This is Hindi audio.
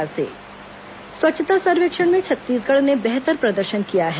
स्वच्छता सर्वेक्षण स्वच्छता सर्वेक्षण में छत्तीसगढ़ ने बेहतर प्रदर्शन किया है